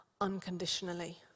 unconditionally